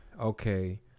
okay